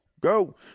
go